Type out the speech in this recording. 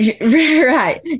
right